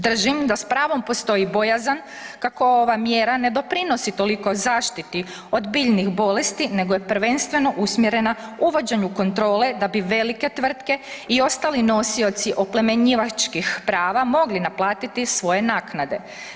Držim da s pravom postoji bojazan kako ova mjera ne doprinosi toliko zaštiti od biljnih bolesti nego je prvenstveno usmjerena uvođenju kontrole da bi velike tvrtke i ostali nosioci oplemenjivačkih prava mogli naplatiti svoje naknade.